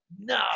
No